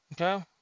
Okay